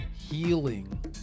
healing